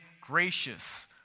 gracious